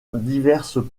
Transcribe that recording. diverses